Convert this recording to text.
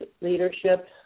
leadership